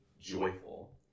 joyful